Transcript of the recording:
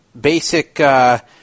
basic